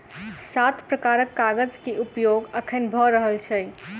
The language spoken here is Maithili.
सात प्रकारक कागज के उपयोग अखैन भ रहल छै